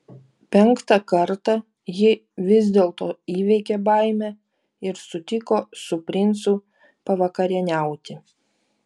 penktą kartą ji vis dėlto įveikė baimę ir sutiko su princu pavakarieniauti